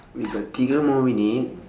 we got tiga more minutes